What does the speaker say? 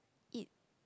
eat